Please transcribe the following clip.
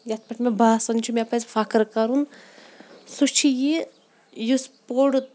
یَتھ پٮ۪ٹھ مےٚ باسان چھُ مےٚ پَزِ فخٕر کَرُن سُہ چھِ یہِ یُس پوٚر